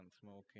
smoking